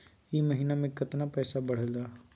ई महीना मे कतना पैसवा बढ़लेया?